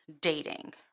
dating